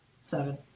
Seven